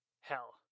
Hell